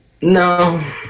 No